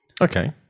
Okay